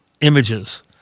images